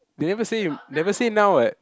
they never say never say now [what]